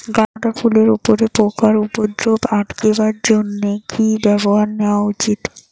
গাঁদা ফুলের উপরে পোকার উপদ্রব আটকেবার জইন্যে কি ব্যবস্থা নেওয়া উচিৎ?